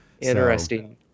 Interesting